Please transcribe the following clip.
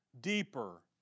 deeper